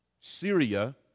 Syria